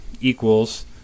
equals